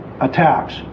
attacks